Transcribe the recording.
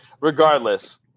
regardless